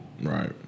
Right